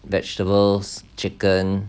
vegetables chicken